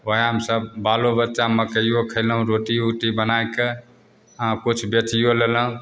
वएहमे सब बालोबच्चा मकइओ खएलहुँ रोटी उटी बनैके आओर किछु बेचिओ लेलहुँ